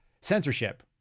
censorship